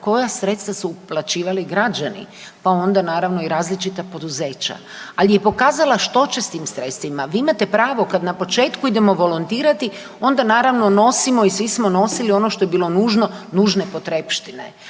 koja sredstva su uplaćivali građani pa onda naravno i različita poduzeća, ali je pokazala što će s tim sredstvima. Vi imate pravo kad na početku idemo volontirati onda naravno nosimo i svi smo nosili ono što je bilo nužno, nužne potrepštine.